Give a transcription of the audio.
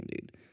dude